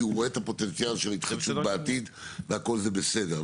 הוא רואה את הפוטנציאל של התחדשות בעתיד וכל זה בסדר.